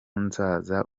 nzaza